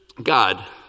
God